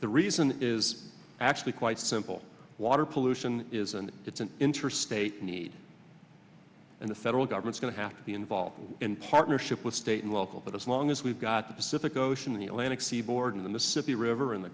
the reason is actually quite simple water pollution is and it's an interstate need and the federal government going to have to be involved in partnership with state and local but as long as we've got the pacific ocean the atlantic seaboard and the city river in the